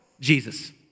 Jesus